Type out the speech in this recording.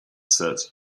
said